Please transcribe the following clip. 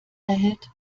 erhält